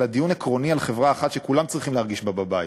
אלא דיון עקרוני על חברה אחת שכולם צריכים להרגיש בה בבית,